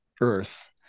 Earth